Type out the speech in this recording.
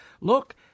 look